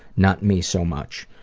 not me so much.